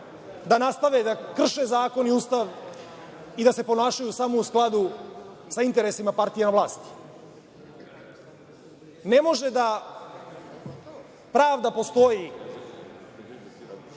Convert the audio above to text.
da nastave da krše zakon i Ustav i da se ponašaju samo u skladu sa interesima partije na vlasti. Ne može pravda da postoji